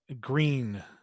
green